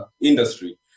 industry